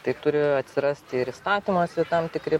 tai turi atsirasti ir įstatymuose tam tikri